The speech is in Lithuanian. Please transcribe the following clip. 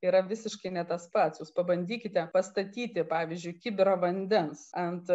yra visiškai ne tas pats jūs pabandykite pastatyti pavyzdžiui kibirą vandens ant